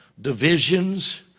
divisions